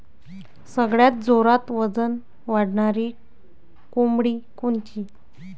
सगळ्यात जोरात वजन वाढणारी कोंबडी कोनची?